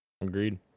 Agreed